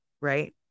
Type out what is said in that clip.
right